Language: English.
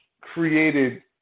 created